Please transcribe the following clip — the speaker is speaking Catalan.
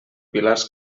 pilars